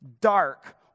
dark